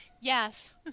Yes